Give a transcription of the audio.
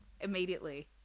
immediately